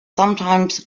sometimes